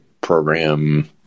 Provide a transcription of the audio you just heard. program